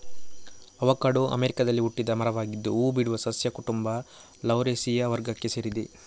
avocado ಅಮೆರಿಕಾದಲ್ಲಿ ಹುಟ್ಟಿದ ಮರವಾಗಿದ್ದು ಹೂ ಬಿಡುವ ಸಸ್ಯ ಕುಟುಂಬ ಲೌರೇಸಿಯ ವರ್ಗಕ್ಕೆ ಸೇರಿದೆ